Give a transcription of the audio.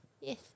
Yes